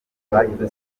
bagize